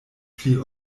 pli